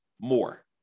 more